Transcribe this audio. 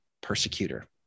persecutor